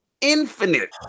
Infinite